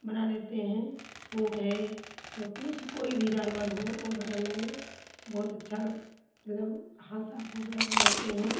बना लेते हैं ऊँट है या कुछ कोई भी जानवर हो वह बनाने में बहुत अच्छा मतलब हाथ साफ हो गया है बनाते हैं